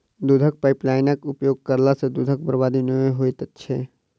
दूधक पाइपलाइनक उपयोग करला सॅ दूधक बर्बादी नै होइत छै